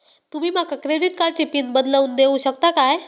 तुमी माका क्रेडिट कार्डची पिन बदलून देऊक शकता काय?